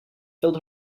filled